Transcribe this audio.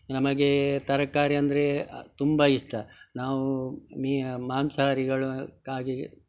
ನಮಗೆ ತರಕಾರಿ ಅಂದರೆ ತುಂಬ ಇಷ್ಟ ನಾವು ಮೀ ಮಾಂಸಹಾರಿಗಳುಕ್ಕಾಗಿ